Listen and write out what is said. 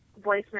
voicemail